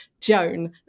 Joan